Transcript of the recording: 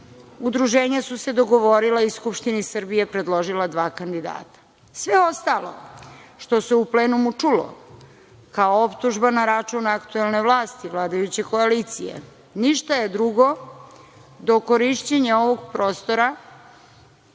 udruženja su se dogovorila i Skupštini Srbije predložila dva kandidata. Sve ostalo što se u plenumu čulo kao optužba na račun aktuelne vlasti vladajuće koalicije, ništa je drugo do korišćenja ovog prostora